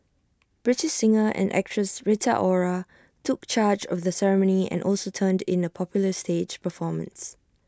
British singer and actress Rita Ora took charge of the ceremony and also turned in A popular stage performance